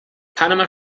panama